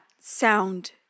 sound